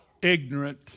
ignorant